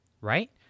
Right